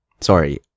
Sorry